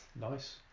Nice